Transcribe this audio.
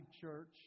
Church